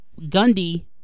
Gundy